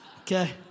Okay